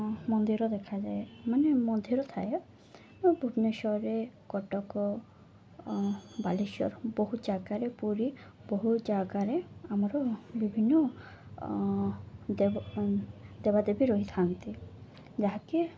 ମନ୍ଦିର ଦେଖାଯାଏ ମାନେ ମନ୍ଦିର ଥାଏ ଭୁବନେଶ୍ୱରରେ କଟକ ବାଲେଶ୍ୱର ବହୁତ ଜାଗାରେ ପୁରୀ ବହୁ ଜାଗାରେ ଆମର ବିଭିନ୍ନ ଦେବ ଦେବାଦେବୀ ରହିଥାନ୍ତି ଯାହାକି